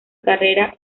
carrera